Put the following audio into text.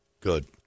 Good